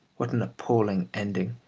what an appalling ending